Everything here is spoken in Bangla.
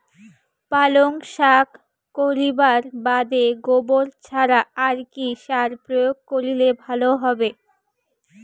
পালং শাক করিবার বাদে গোবর ছাড়া আর কি সার প্রয়োগ করিলে ভালো হবে?